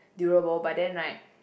durable but then right